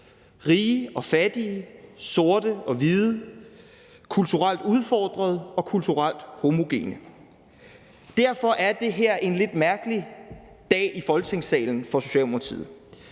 rige og fattige, sorte og hvide, kulturelt udfordrede og kulturelt homogene. Derfor er det her en lidt mærkelig dag i Folketingssalen for Socialdemokratiet,